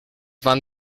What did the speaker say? van